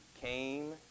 came